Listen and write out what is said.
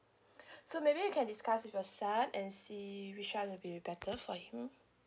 so maybe you can discuss with your son and see which one will be better for him